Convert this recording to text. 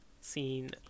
Scene